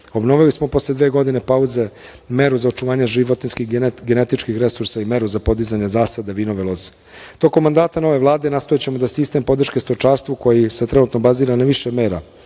Obnovili smo, posle dve godine pauze, meru za očuvanje životinjskih, genetičkih resursa i meru za podizanje zasada vinove loze. Tokom mandata nove Vlade nastojaćemo da sistem podrške stočarstvu, koji se trenutno bazira na više mera